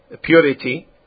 purity